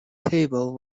table